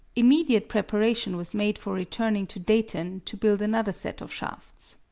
immediate preparation was made for returning to dayton to build another set of shafts.